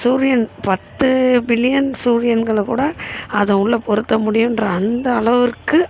சூரியன் பத்து பில்லியன் சூரியன்களை கூட அது உள்ளே பொருத்த முடியும்ன்ற அந்த அளவிற்கு